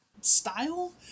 style